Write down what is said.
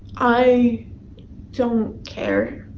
i don't care.